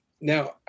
Now